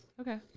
Okay